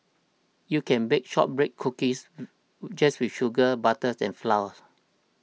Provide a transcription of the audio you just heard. you can bake Shortbread Cookies just with sugar butter and flour